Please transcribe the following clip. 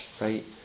right